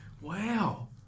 Wow